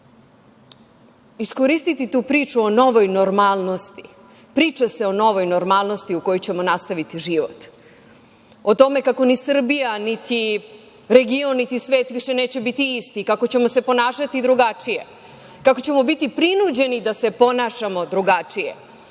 iskoristiti tu priču o novoj normalnosti. Priča se novoj normalnosti u kojoj ćemo nastaviti život. O tome kako ni Srbija, ni region, niti svet više neće biti isti, kako ćemo se ponašati drugačije, kako ćemo biti prinuđeni da se ponašamo drugačije.